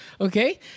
Okay